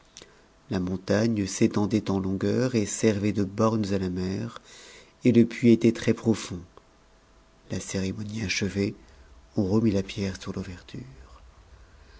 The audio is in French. la montagne s'étendait en longueur et servait de bornes à la mer et le puits était trèsprofbnd la cérémonie achevée on remit la pierre sur l'ouverture